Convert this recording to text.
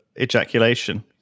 ejaculation